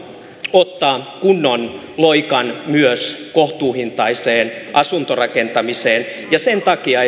ottaa kunnon loikan myös kohtuuhintaiseen asuntorakentamiseen ja sen takia